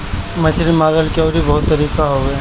मछरी मारला के अउरी बहुते तरीका हवे